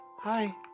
hi